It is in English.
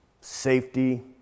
safety